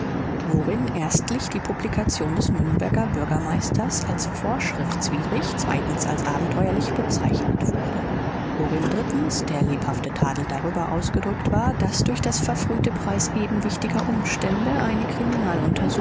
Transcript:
worin erstlich die publikation des nürnberger bürgermeisters als vorschriftswidrig zweitens als abenteuerlich bezeichnet wurde worin drittens der lebhafte tadel darüber ausgedrückt war daß durch das verfrühte preisgeben wichtiger umstände eine